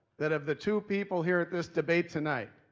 that of the two people here at this debate tonight,